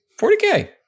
40k